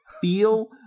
feel